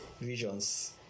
visions